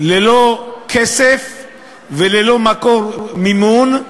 נתקע ללא כסף וללא מקור מימון,